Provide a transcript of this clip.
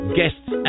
guests